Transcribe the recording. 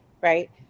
right